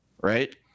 right